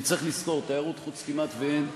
כי צריך לזכור: תיירות חוץ כמעט אין,